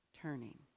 turning